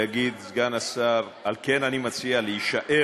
שסגן השר יגיד: על כן אני מציע להישאר